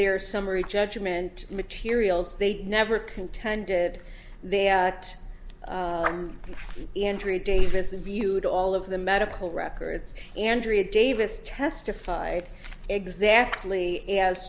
their summary judgment materials they never contended they at the entry davison viewed all of the medical records andrea davis testified exactly as